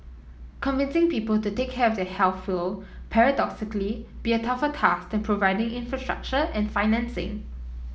convincing people to take care of their health will paradoxically be a tougher task than providing infrastructure and financing